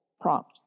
prompt